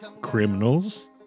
criminals